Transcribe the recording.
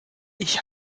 ich